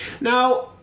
Now